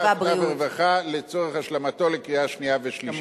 הרווחה והבריאות לצורך השלמתו לקריאה שנייה ושלישית.